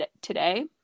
today